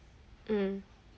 um